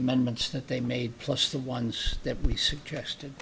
amendments that they made plus the ones that we suggested